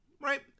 right